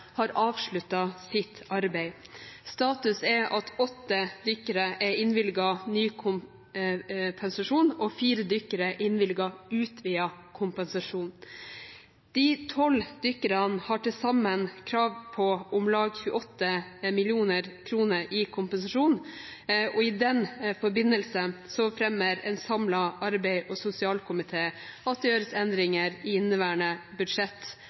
har avsluttet sitt arbeid. Status er at åtte dykkere er innvilget ny kompensasjon og fire dykkere innvilget utvidet kompensasjon. De tolv dykkerne har til sammen krav på om lag 28 mill. kr i kompensasjon. I den forbindelse fremmer en samlet arbeids- og sosialkomité at det gjøres endringer i inneværende budsjett